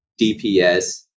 DPS